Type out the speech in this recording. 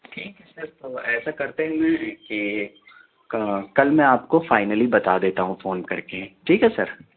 ٹھیک ہے سر ایسا کرتے ہیں کہ کل میں آپ کو فائنلی بتا دیتا ہوں فون کر کے ٹھیک ہے سر